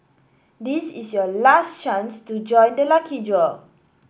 this is your last chance to join the lucky draw